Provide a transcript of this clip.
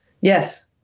yes